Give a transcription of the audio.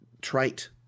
trait